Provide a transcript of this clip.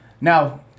Now